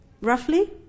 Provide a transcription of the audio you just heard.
Roughly